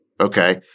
okay